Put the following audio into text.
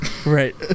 right